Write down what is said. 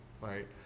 right